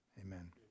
Amen